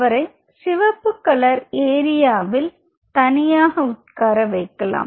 அவரை சிவப்புக்கலர் ஏரியாவில் தனியாக உட்கார வைக்கலாம்